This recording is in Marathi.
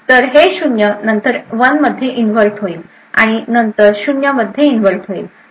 तर हे 0 नंतर 1 मध्ये इन्व्हर्ट होईल व नंतर 0 मध्ये इन्व्हर्ट होईल